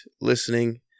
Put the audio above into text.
listening